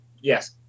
Yes